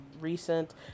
recent